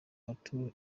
arthur